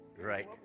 Right